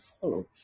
follow